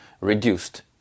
reduced